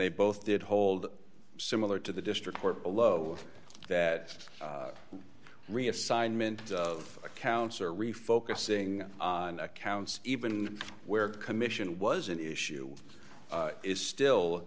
they both did hold similar to the district court below that reassignment of accounts or refocusing on accounts even where the commission was an issue is still